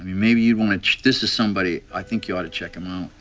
maybe you wanna ch. this is somebody i think you oughta check him out!